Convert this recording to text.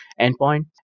endpoint